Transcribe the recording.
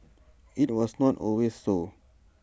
IT was not always so